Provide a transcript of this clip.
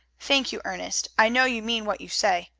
thank you, ernest. i know you mean what you say.